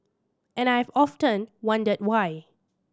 and I have often wondered why